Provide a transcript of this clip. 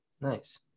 nice